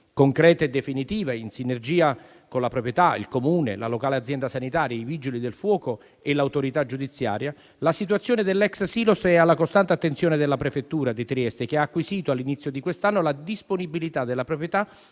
concreta e definitiva in sinergia con la proprietà, il Comune, la locale azienda sanitaria, i Vigili del fuoco e l'autorità giudiziaria, la situazione dell'ex Silos è alla costante attenzione della prefettura di Trieste, che ha acquisito all'inizio di quest'anno la disponibilità della proprietà